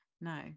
no